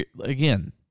again